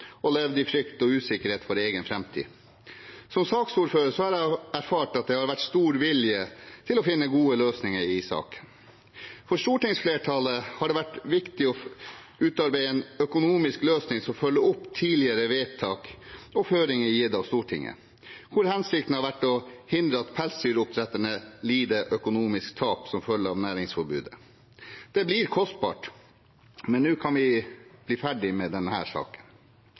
og levd i frykt og usikkerhet for egen framtid. Som saksordfører har jeg erfart at det har vært stor vilje til å finne gode løsninger i saken. For stortingsflertallet har det vært viktig å utarbeide en økonomisk løsning som følger opp tidligere vedtak og føringer gitt av Stortinget der hensikten har vært å hindre at pelsdyroppdretterne lider økonomiske tap som følge av næringsforbudet. Det blir kostbart, men nå kan vi bli ferdige med denne saken.